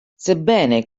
sebbene